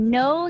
no